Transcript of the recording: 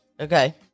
okay